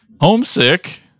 homesick